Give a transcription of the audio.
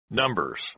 Numbers